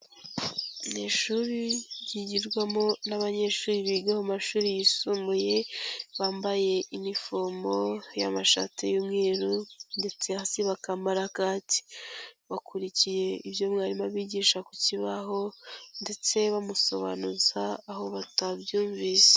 Ni ishuri ryigirwamo n'abanyeshuri biga mu mashuri yisumbuye, bambaye inifomo y'amashati y'umweru ndetse hasi bakambara kaki, bakurikiye ibyo mwarimu abigisha ku kibaho, ndetse bamusobanuza aho batabyumvise.